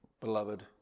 Beloved